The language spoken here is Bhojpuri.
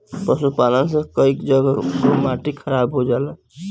पशुपालन से कई जगह कअ माटी खराब हो जाला